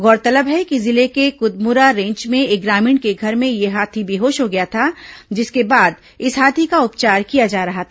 गौरतलब है कि जिले के कुदमुरा रेंज में एक ग्रामीण के घर में यह हाथी बेहोश हो गया था जिसके बाद इस हाथी का उपचार किया जा रहा था